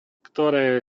ktoré